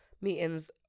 meetings